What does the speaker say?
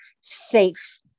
safe